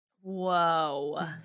Whoa